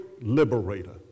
liberator